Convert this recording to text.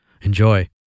Enjoy